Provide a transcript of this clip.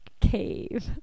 cave